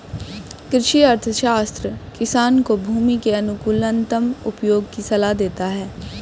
कृषि अर्थशास्त्र किसान को भूमि के अनुकूलतम उपयोग की सलाह देता है